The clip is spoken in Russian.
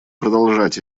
продолжать